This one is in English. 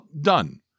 Done